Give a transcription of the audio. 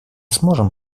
сможем